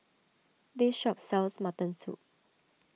this shop sells Mutton Soup